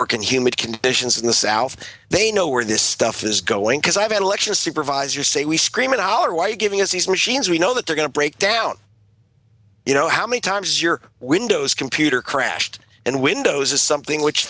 work in humid conditions in the south they know where this stuff is going because i've had a lecture supervisor say we scream and holler why giving us these machines we know that they're going to break down you know how many times your windows computer crashed and windows is something which